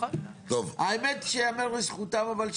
האמת שיאמר לזכותם אבל,